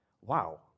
Wow